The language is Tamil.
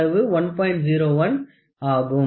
01ஆகும்